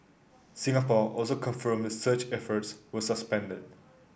Singapore also confirmed the search efforts were suspended